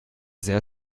sehr